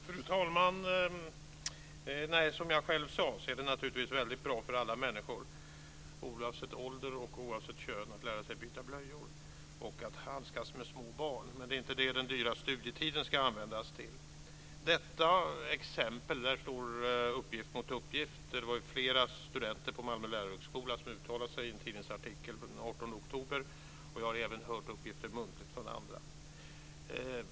Fru talman! Som jag sade är det naturligtvis väldigt bra för alla människor, oavsett ålder och kön, att lära sig byta blöjor och handskas med små barn, men det är inte det den dyra studietiden ska användas till. Vad gäller detta exempel står uppgift mot uppgift. Flera studenter på Malmö lärarhögskola uttalade sig i en tidningsartikel från den 18 oktober. Jag har även fått uppgiften muntligt från andra.